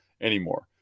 anymore